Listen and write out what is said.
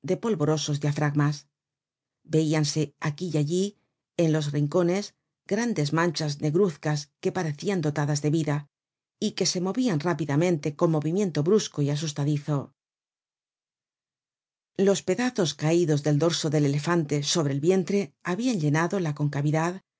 polvorosos diafragmas veíanse aquí y allí en los rincones grandes manchas negruzcas que parecian dotadas de vida y que se movian rápidamente con movimiento brusco y asustadizo los pedazos caidos del dorso del elefante sobre el vientre habian llenado la concavidad